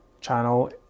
channel